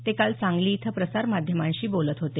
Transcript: ते काल सांगली इथं प्रसार माध्यमांशी बोलत होते